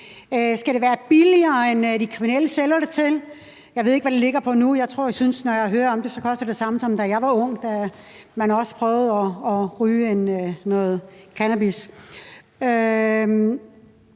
Skal det være billigere end det, de kriminelle sælger det til? Jeg ved ikke, hvad prisen ligger på nu – når jeg hører om det, synes jeg, det lyder, som om det koster det samme, som da jeg var ung, hvor man også prøvede at ryge noget cannabis.